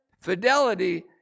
fidelity